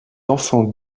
enfants